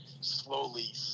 slowly